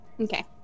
Okay